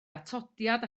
atodiad